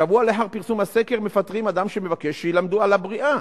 שבוע לאחר פרסום הסקר מפטרים אדם שמבקש שילמדו על הבריאה.